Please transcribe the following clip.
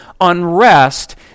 unrest